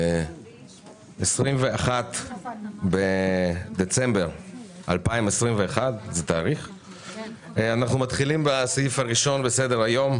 22 בדצמבר 2021. אנחנו מתחילים בסעיף הראשון על סדר-היום,